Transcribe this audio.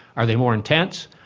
are they more intense,